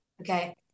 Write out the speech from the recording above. okay